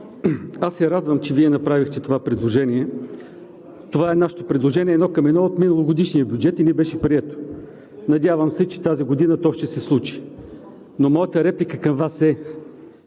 аз се радвам, че Вие направихте това предложение. Това е нашето предложение едно към едно от миналогодишния бюджет и не беше прието. Надявам се, че тази година това ще се случи. Но моята реплика към Вас е: